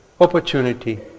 opportunity